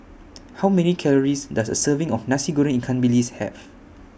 How Many Calories Does A Serving of Nasi Goreng Ikan Bilis Have